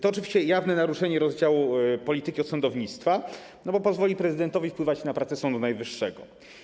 To oczywiście jawne naruszenie rozdziału polityki od sądownictwa, bo pozwoli prezydentowi wpływać na pracę Sądu Najwyższego.